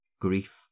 Grief